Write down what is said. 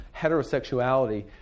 heterosexuality